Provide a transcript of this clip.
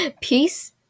Peace